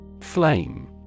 Flame